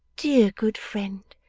dear, good friend,